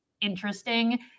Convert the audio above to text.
interesting